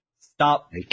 Stop